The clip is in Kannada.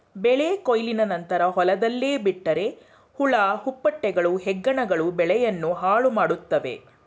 ಬೆಳೆ ಕೊಯ್ಲಿನ ನಂತರ ಹೊಲದಲ್ಲೇ ಬಿಟ್ಟರೆ ಹುಳ ಹುಪ್ಪಟೆಗಳು, ಹೆಗ್ಗಣಗಳು ಬೆಳೆಯನ್ನು ಹಾಳುಮಾಡುತ್ವೆ